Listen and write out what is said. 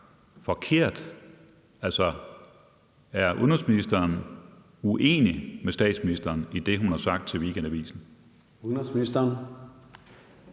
forkert? Altså, er udenrigsministeren uenig med statsministeren i det, hun har sagt til Weekendavisen?